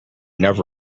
never